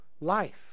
life